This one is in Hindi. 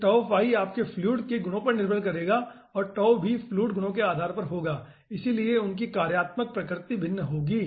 यह आपके फ्लूइड के गुणों पर निर्भर करेगा और भी फ्लूइड गुणों के आधार पर होगा लेकिन उनकी कार्यात्मक प्रकृति भिन्न होंगी